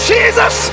Jesus